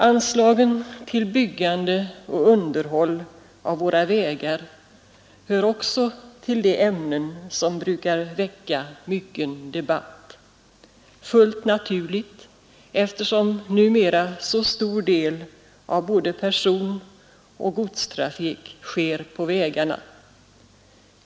Anslagen till byggande och underhåll av våra vägar hör till de ämnen som brukar väcka mycken debatt — fullt naturligt eftersom numera så stor del av både personoch godstrafik sker på vägarna.